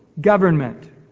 government